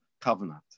covenant